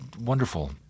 wonderful